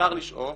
אפשר לשאוב.